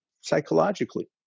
psychologically